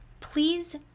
please